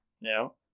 No